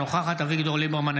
אינה נוכחת אביגדור ליברמן,